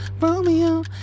Romeo